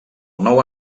nou